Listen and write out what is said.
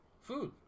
food